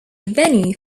venue